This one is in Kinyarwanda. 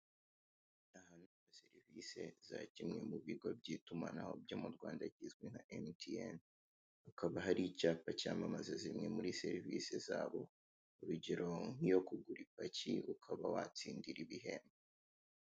Serivise za kimwe mu bigo by'itumanaho byo mu Rwanda kizwi nka emutiyene, hakaba hari icyapa cyamamaza zimwe muri serivise zabo, urugero nkiyo kugura ipaki ukaba watsindira ibihembo.